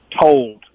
told